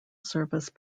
service